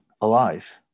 alive